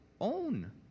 own